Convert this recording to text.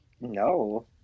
No